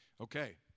Okay